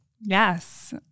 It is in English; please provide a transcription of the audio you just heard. Yes